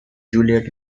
juliet